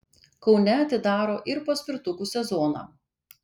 kaune atidaro ir paspirtukų sezoną